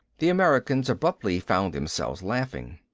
the americans abruptly found themselves laughing.